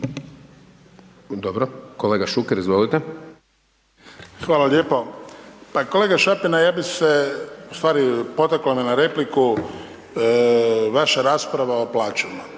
Dobro, kolega Šuker izvolite. **Šuker, Ivan (HDZ)** Hvala lijepo. Pa kolega Šapina ja bi se u stvari potaklo me na repliku vaša rasprava o plaćama,